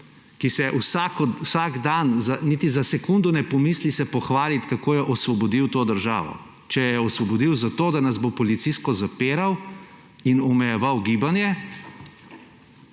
ki se vsak dan niti za sekundo ne pozabi pohvaliti, kako je osvobodil to državo – če jo je osvobodil zato, da nas bo policijsko zapiral in omejeval gibanje,